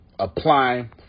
apply